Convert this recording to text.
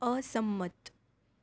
અસંમત